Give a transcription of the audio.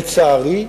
לצערי,